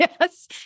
Yes